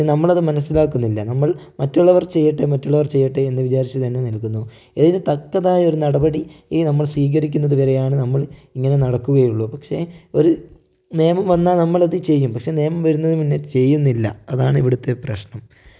പക്ഷെ നമ്മള് അത് മനസ്സിലാക്കുന്നില്ല നമ്മൾ മറ്റുള്ളവർ ചെയ്യട്ടെ മറ്റുള്ളവർ ചെയ്യട്ടെ എന്ന് വിചാരിച്ച് തന്നെ നിൽക്കുന്നു ഇതിന് തക്കതായ ഒരു നടപടി ഈ നമ്മൾ സ്വീകരിക്കുന്ന വരെയാണ് നമ്മള് ഇങ്ങനെ നടക്കുകയുള്ളു പക്ഷെ ഒരു നിയമം വന്ന നമ്മളത് ചെയ്യും പക്ഷെ നിയമം വരുന്നതിന് മുന്നെ ചെയ്യുന്നില്ല അതാണ് ഇവിടുത്തെ പ്രശ്നം